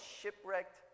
shipwrecked